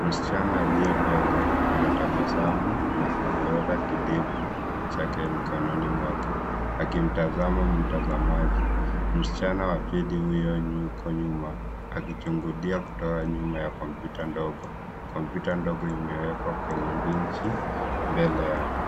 Msichana aliye mbele anatabasamu na ameweka kidimbwi chake mkononi akitazama mtazamaji. Msichana wa pili yuko nyuma akichungulia kutoka nyuma ya kompyuta ndogo. Kompyuta ndogo imewekwa kwenye benchi mbele yao.